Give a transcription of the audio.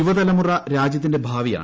യുവതലമുറ രാജ്യത്തിന്റെ ഭാവിയാണ്